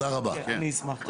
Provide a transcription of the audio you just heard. אני אשמח.